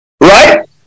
Right